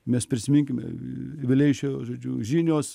mes prisiminkime vileišio žodžiu žinios